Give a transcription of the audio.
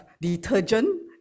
detergent